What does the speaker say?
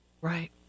Right